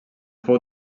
fou